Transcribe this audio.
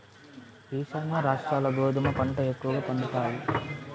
ఈశాన్య రాష్ట్రాల్ల గోధుమ పంట ఎక్కువగా పండుతాయి